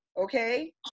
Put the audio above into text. okay